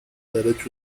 derecho